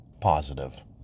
positive